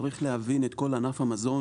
צריך להבין את כל ענף המזון.